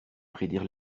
prédire